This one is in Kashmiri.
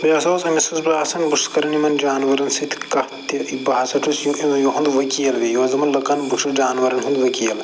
بیٚیہِ ہَسا اوس أمِس اوس باسان بہٕ چھُس کران یِمن جانوَرَن سۭتۍ کتھ تہِ بہٕ ہَسا چھُس یُہُنٛد وکیٖل بیٚیہِ یہِ اوس دَپان لٕکَن بہٕ چھُس جانوَرَن ہُنٛد وکیٖل